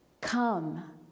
come